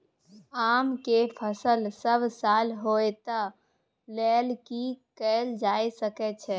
आम के फसल सब साल होय तै लेल की कैल जा सकै छै?